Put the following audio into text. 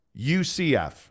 UCF